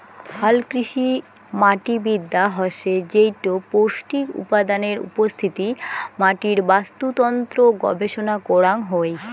হালকৃষিমাটিবিদ্যা হসে যেইটো পৌষ্টিক উপাদানের উপস্থিতি, মাটির বাস্তুতন্ত্র গবেষণা করাং হই